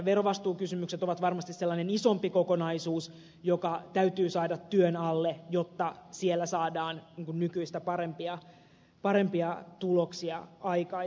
verovastuukysymykset ovat varmasti sellainen isompi kokonaisuus joka täytyy saada työn alle jotta siellä saadaan nykyistä parempia tuloksia aikaiseksi